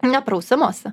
ne prausimosi